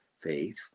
faith